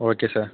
okay sir